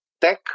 tech